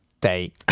day